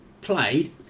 played